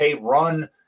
run